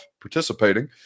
participating